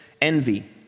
envy